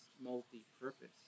multi-purpose